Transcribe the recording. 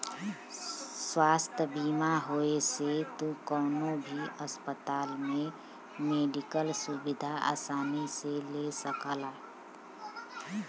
स्वास्थ्य बीमा होये से तू कउनो भी अस्पताल में मेडिकल सुविधा आसानी से ले सकला